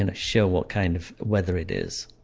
and show what kind of weather it is,